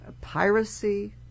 piracy